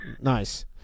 Nice